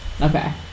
okay